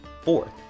Fourth